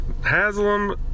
Haslam